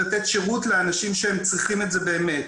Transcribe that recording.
שירות לאנשים שצריכים את זה באמת.